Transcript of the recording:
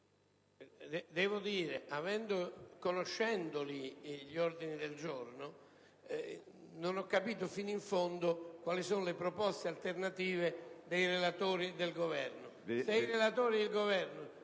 Presidente, conosco gli ordini del giorno, ma non ho capito fino in fondo quali sono le proposte alternative dei relatori e del Governo.